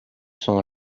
sont